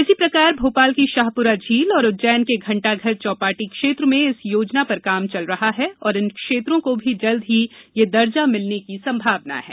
इसी प्रकार भोपाल की शाहपुरा झील तथा उज्जैन के घंटाघर चौपाटी क्षेत्र में इस योजना पर काम चल रहा है और इन क्षेत्रों को भी जल्दी यह दर्जा मिलने की सम्भावना है